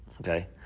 Okay